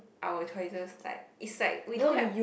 our choices like it's like we don't have